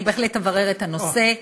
אני בהחלט אברר את הנושא.